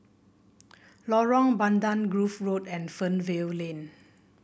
Lorong Bandang Grove Road and Fernvale Lane